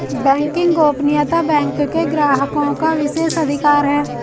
banking गोपनीयता bank के ग्राहकों का विशेषाधिकार है